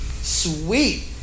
Sweet